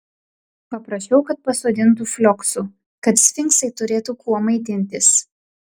paprašiau kad pasodintų flioksų kad sfinksai turėtų kuo maitintis